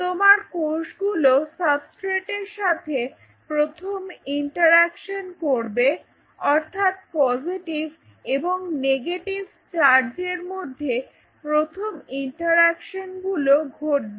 তোমার কোষগুলো সাবস্ট্রেট এর সাথে প্রথম ইন্টারঅ্যাকশন করবে অর্থাৎ পজেটিভ এবং নেগেটিভ চার্জ এর মধ্যে প্রথম ইন্টারঅ্যাকশন গুলো ঘটবে